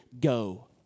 go